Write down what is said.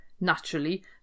Naturally